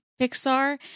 Pixar